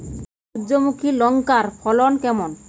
সূর্যমুখী লঙ্কার ফলন কেমন?